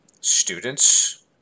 students